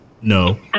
no